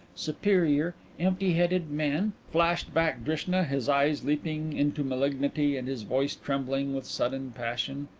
superior, empty-headed men? flashed back drishna, his eyes leaping into malignity and his voice trembling with sudden passion.